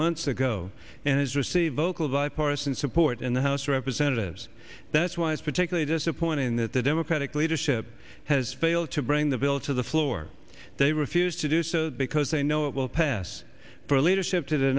months ago and has received vocal bipartisan support in the house of representatives that's why it's particularly disappointing that the democratic leadership has failed to bring the bill to the floor they refused to do so because they know it will pass for leadership t